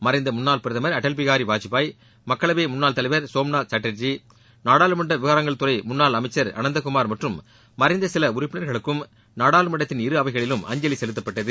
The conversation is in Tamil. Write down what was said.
மறைந்த முன்னாள் பிரதம் அடல் பிஹாரி வாஜ்பாய் மக்களவை முன்னாள் தலைவர் சோம்நாத் சாட்டர்ஜி நாடாளுமன்ற விவகாரங்கள் துறை முன்னாள் அமைச்சர் அனந்தகுமார் மற்றும் மறைந்த சில உறுப்பினா்களுக்கு நாடாளுமன்றத்தின் இரு அவைகளிலும் அஞ்சலி செலுத்தப்பட்டது